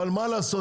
אבל מה לעשות,